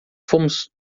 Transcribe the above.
fomos